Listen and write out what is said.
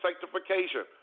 sanctification